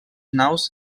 naus